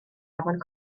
afon